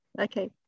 Okay